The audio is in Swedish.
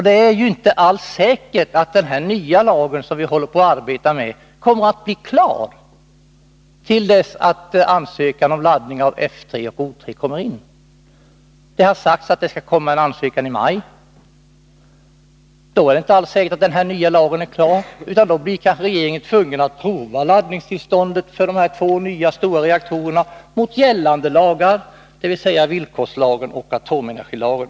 Det är ju inte alls säkert att den här nya lagen, som vi håller på att arbeta med, kommer att bli klar till dess att ansökan om laddning av F 3 och O 3 kommer in. Det har sagts att det skall komma en ansökan i maj. Då är det inte alls säkert att den nya lagen är klar, utan då blir kanske regeringen tvungen att pröva laddningstillståndet för de här två nya, stora reaktorerna enligt gällande lagar, dvs. villkorslagen och atomenergilagen.